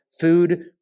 food